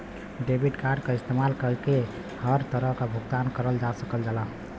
debit card क इस्तेमाल कइके हर तरह क भुगतान करल जा सकल जाला